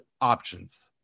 options